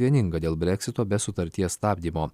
vieninga dėl breksito be sutarties stabdymo